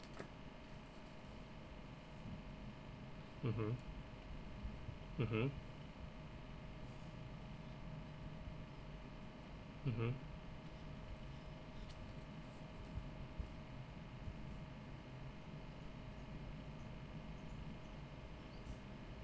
mmhmm mmhmm mmhmm